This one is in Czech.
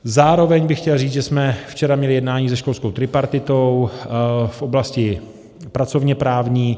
Zároveň bych chtěl říct, že jsme včera měli jednání se školskou tripartitou v oblasti pracovněprávní.